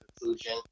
conclusion